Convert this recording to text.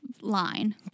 line